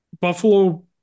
Buffalo